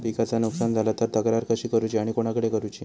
पिकाचा नुकसान झाला तर तक्रार कशी करूची आणि कोणाकडे करुची?